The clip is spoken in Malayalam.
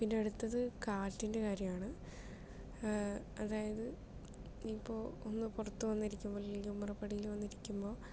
പിന്നെ അടുത്തത് കാറ്റിൻ്റെ കാര്യമാണ് അതായത് ഇപ്പോൾ ഒന്ന് പുറത്ത് വന്നിരിക്കുമ്പോൾ അല്ലെങ്കില് ഉമ്മറപ്പടിയില് വന്നിരിക്കുമ്പോൾ